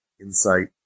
insight